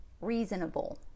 reasonable